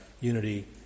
unity